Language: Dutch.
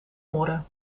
morren